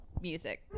music